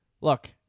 Look